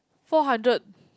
four hundred